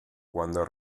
cuando